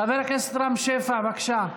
חבר הכנסת רם שפע, בבקשה.